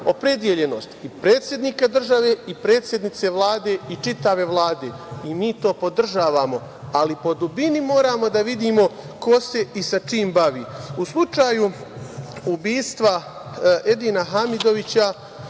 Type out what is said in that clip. opredeljenost i predsednika države i predsednice Vlade i čitave Vlade. Mi to podržavamo, ali po dubini moramo da vidimo ko se i sa čim bavi.U slučaju ubistva Edina Hamidovića